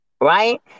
right